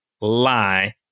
lie